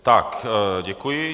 Tak děkuji.